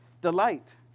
delight